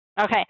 Okay